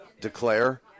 declare